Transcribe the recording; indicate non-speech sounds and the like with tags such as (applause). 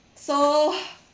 so (noise)